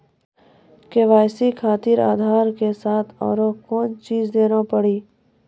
KYC खातिर आधार के साथ औरों कोई चीज देना पड़ी?